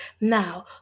Now